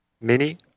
Mini